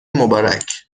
مبارک